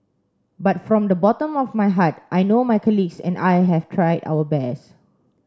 but from the bottom of my heart I know my colleagues and I have tried our best